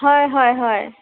হয় হয় হয়